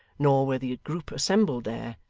nor were the group assembled there,